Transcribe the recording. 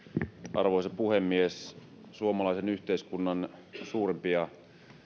arvoisa puhemies suomalaisen yhteiskunnan suurimpia